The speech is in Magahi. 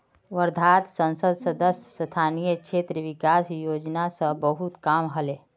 वर्धात संसद सदस्य स्थानीय क्षेत्र विकास योजना स बहुत काम ह ले